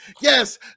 yes